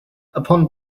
upon